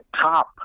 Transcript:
top